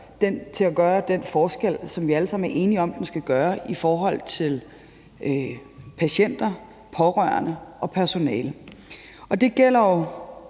til at gøre den forskel, som vi alle sammen er enige om at den skal gøre i forhold til patienter, pårørende og personale. Det gælder